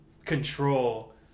Control